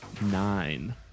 nine